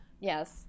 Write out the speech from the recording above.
Yes